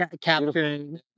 capturing